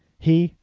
he,